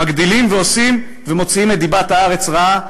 מגדילים ועושים ומוציאים את דיבת הארץ רעה,